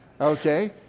Okay